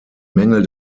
mängel